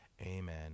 Amen